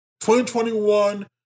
2021